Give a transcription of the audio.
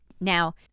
now